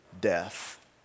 death